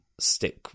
stick